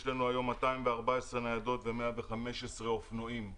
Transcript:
יש לנו היום 214 ניידות ו-115 אופנועים.